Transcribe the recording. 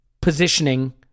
positioning